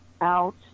out